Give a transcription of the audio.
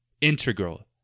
Integral